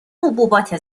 حبوبات